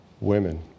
women